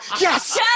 yes